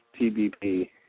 TBP